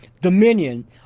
Dominion